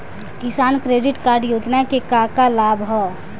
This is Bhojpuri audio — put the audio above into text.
किसान क्रेडिट कार्ड योजना के का का लाभ ह?